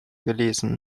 gelesen